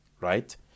right